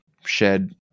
shed